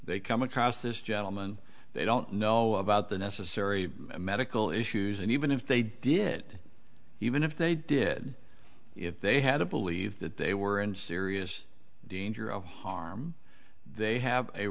they come across this gentleman they don't know about the necessary medical issues and even if they did even if they did if they had to believe that they were in serious danger of harm they have a